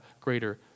greater